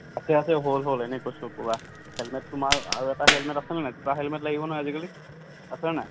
আছে আছে হ'ল হ'ল এনেই কৈছো ব'লা হেলমেট তোমাৰ আৰু এটা হেলমেট আছেনে নাই দুটা হেলমেট লাগিব নহয় আজিকালি আছেনে নাই